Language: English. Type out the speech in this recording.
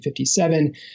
1957